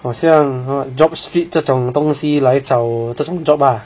好像 job street 这种东西来找我这种 job ah